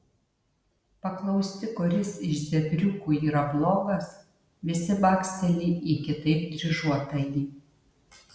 paklausti kuris iš zebriukų yra blogas visi baksteli į kitaip dryžuotąjį